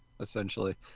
essentially